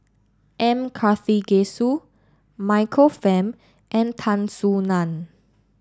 M Karthigesu Michael Fam and Tan Soo Nan